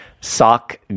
sock